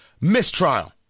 mistrial